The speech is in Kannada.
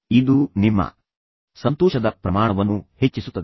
ಇದು ನಿಮ್ಮ ಸಂತೋಷದ ಪ್ರಮಾಣವನ್ನು ಹೆಚ್ಚಿಸುತ್ತದೆ